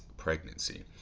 pregnancy